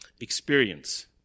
Experience